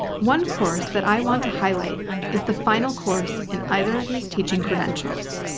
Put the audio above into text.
one course that i want to highlight is the final course in either of these teaching credentials.